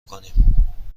کنیم